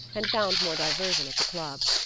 and found more diversion at the club.